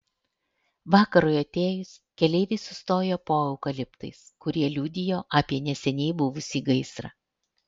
vakarui atėjus keleiviai sustojo po eukaliptais kurie liudijo apie neseniai buvusį gaisrą